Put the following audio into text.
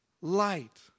light